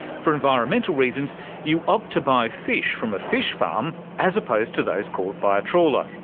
for environmental reasons you opt to buy fish from a fish farm as opposed to those caught by a trawler.